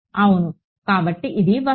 అవును కాబట్టి ఇది వస్తువు